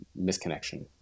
misconnection